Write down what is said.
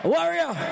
Warrior